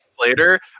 later